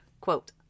quote